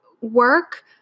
work